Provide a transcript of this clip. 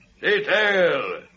Detail